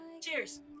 Cheers